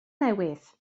newydd